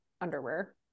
underwear